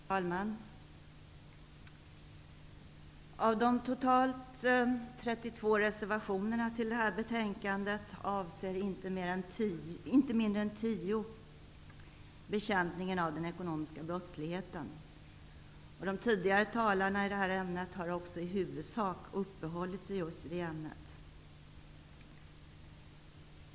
Herr talman! Av de totalt 32 reservationerna till betänkandet avser inte mindre än tio bekämpningen av den ekonomiska brottsligheten. De tidigare talarna i debatten har i huvudsak uppehållit sig vid det ämnet.